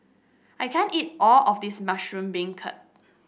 I can't eat all of this Mushroom Beancurd